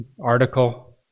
article